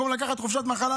ובמקום לקחת חופשת מחלה,